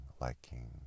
liking